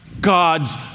God's